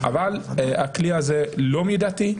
אבל הכלי הזה לא מידתי,